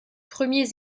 premiers